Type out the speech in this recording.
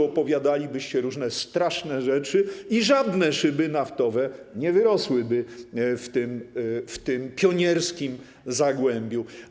Opowiadalibyście różne straszne rzeczy i żadne szyby naftowe nie wyrosłyby w tym pionierskim zagłębiu.